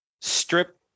strip